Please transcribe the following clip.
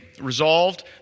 resolved